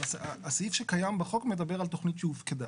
אבל הסעיף שקיים בחוק מדבר על תכנית שהופקדה.